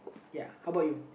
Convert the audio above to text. ya how about you